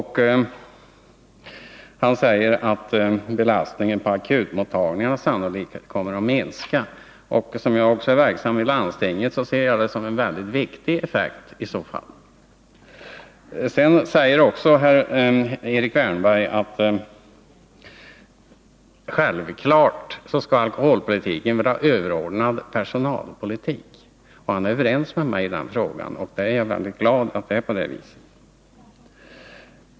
Han säger att belastningen på akutmottagningarna sannolikt kommer att minska. Eftersom jag också är verksam i landstinget, ser jag det som en väldigt viktig effekt i så fall. Erik Wärnberg säger också att alkoholpolitiken självfallet skall vara överordnad personalpolitik. Han är överens med mig i den frågan, och jag är väldigt glad åt att det är på det viset.